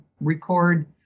record